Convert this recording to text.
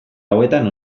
hauetan